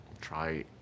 try